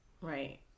Right